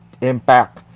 Impact